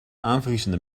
aanvriezende